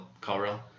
CallRail